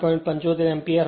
75 ampere હશે